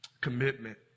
commitment